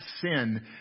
sin